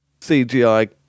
CGI